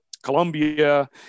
Colombia